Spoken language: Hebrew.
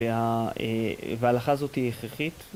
וההלכה הזאת היא הכרחית